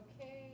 okay